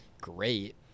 great